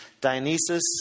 Dionysus